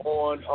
on